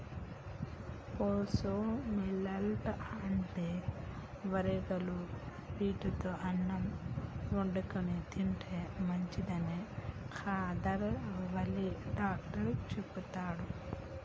proso millet అంటే వరిగలు వీటితో అన్నం వండుకొని తింటే మంచిదని కాదర్ వల్లి డాక్టర్ చెపుతండు